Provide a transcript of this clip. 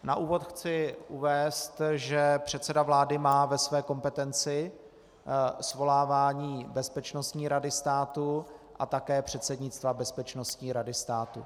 Na úvod chci uvést, že předseda vlády má ve své kompetenci svolávání Bezpečnostní rady státu a také předsednictva Bezpečnostní rady státu.